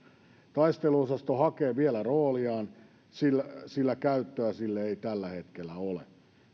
taisteluosasto hakee vielä rooliaan sillä sillä käyttöä sille ei tällä hetkellä ole